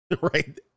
Right